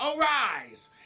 Arise